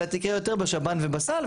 אלא תקרה יותר בשב"ן ובסל.